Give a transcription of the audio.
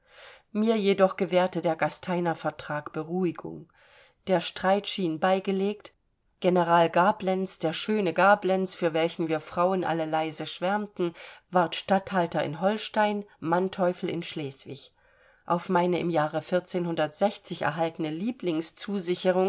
mir jedoch gewährte der gasteiner vertrag beruhigung der streit schien beigelegt general gablenz der schöne gablenz für welchen wir frauen alle leise schwärmten ward statthalter in holstein manteuffel in schleswig auf meine im jahre erhaltene